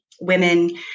women